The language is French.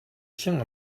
tiens